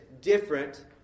different